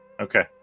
Okay